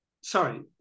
sorry